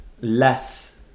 less